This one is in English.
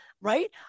right